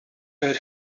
her